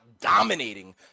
dominating